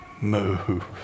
move